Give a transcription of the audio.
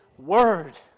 word